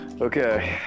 okay